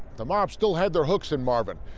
the mob still had their hooks in marvin.